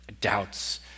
doubts